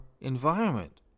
environment